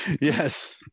Yes